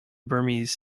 burmese